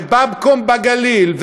ו"באבקום" בגליל,